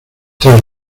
tras